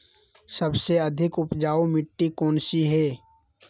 सबसे अधिक उपजाऊ मिट्टी कौन सी हैं?